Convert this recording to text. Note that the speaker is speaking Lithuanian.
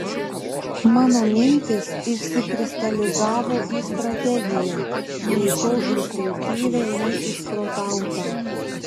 mano mintys išsikristalizavo į strategiją greičiau instinktyvią nei išprotautą